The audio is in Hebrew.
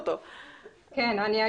אנחנו כן